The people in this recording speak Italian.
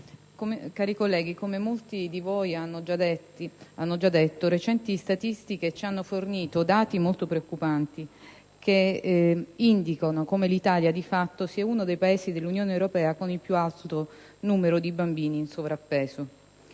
cari colleghi, come molti di voi hanno già detto recenti statistiche ci hanno fornito dati molto preoccupanti che indicano come l'Italia - di fatto - sia uno dei Paesi dell'Unione europea con il più alto numero di bambini in sovrappeso.